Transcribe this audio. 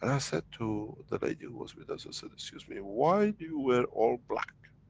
i said to the lady who was with us, i said, excuse me, why do you wear all black?